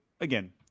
again